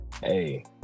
hey